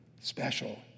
special